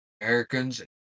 Americans